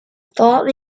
thought